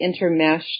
intermeshed